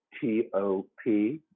t-o-p